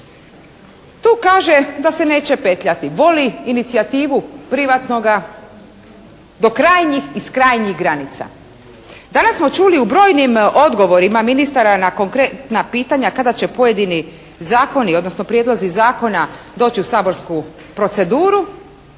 tu kaže da se neće petljati. Voli inicijativu privatnoga do krajnjih iz krajnjih granica. Danas smo čuli u brojnim odgovorima ministara na konkretna pitanja kada će pojedini zakoni, odnosno prijedlozi zakona doći u saborsku proceduru